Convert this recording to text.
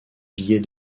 billets